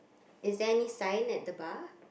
is there any sign at the bar